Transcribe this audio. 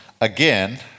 Again